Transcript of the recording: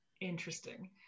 Interesting